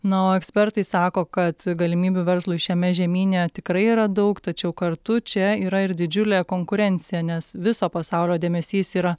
na o ekspertai sako kad galimybių verslui šiame žemyne tikrai yra daug tačiau kartu čia yra ir didžiulė konkurencija nes viso pasaulio dėmesys yra